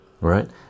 right